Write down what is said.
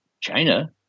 China